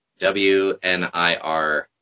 WNIR